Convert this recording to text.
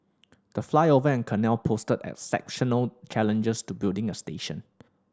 the flyover and canal posed exceptional challenges to building a station